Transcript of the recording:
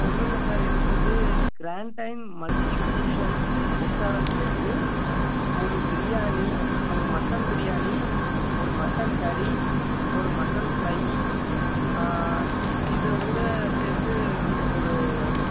ஒன்றுல்ல சார் எனக்கு வந்து க்ராண்ட் டைம் மல்ட்டிகுஷ்ஷன் ரெஸ்டாரண்ட்லேருந்து ஒரு பிரியாணி ஒரு மட்டன் பிரியாணி ஒரு மட்டன் கறி ஒரு மட்டன் ப்ரையி இதகூட சேர்ந்து ஒரு